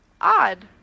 Odd